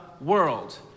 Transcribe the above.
world